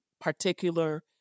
particular